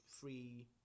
free